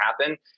happen